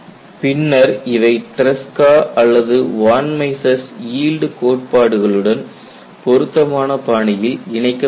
பின்னர் இவை ட்ரெஸ்கா அல்லது வான் மிஸ்ஸின் ஈல்டு கோட்பாடுகளுடன் பொருத்தமான பாணியில் இணைக்கப்படுகிறது